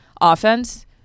offense